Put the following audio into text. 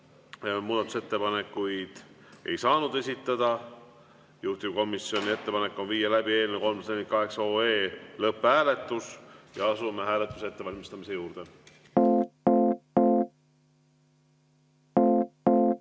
muudatusettepanekuid ei saanud esitada. Juhtivkomisjoni ettepanek on viia läbi eelnõu 348 lõpphääletus. Asume hääletuse ettevalmistamise juurde. Head